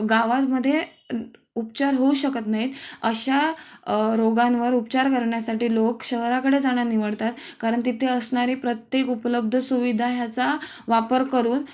गावामध्ये उपचार होऊ शकत नाहीत अशा रोगांवर उपचार करण्यासाठी लोक शहराकडे जाणं निवडतात कारण तिथे असणारी प्रत्येक उपलब्ध सुविधा ह्याचा वापर करून